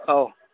औ